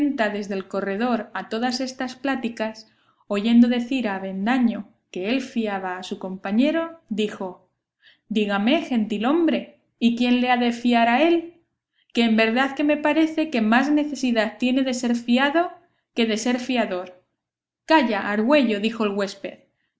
desde el corredor a todas estas pláticas oyendo decir a avendaño que él fiaba a su compañero dijo dígame gentilhombre y quién le ha de fiar a él que en verdad que me parece que más necesidad tiene de ser fiado que de ser fiador calla argüello dijo el huésped